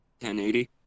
1080